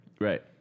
Right